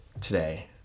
today